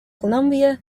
colombia